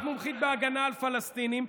את מומחית בהגנה על פלסטינים,